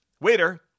waiter